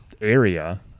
area